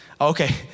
Okay